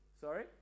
Sorry